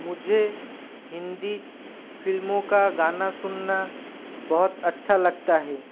मुझे हिंदी फिल्मों का गाना सुनना बहुत अच्छा लगता है